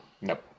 Nope